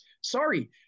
sorry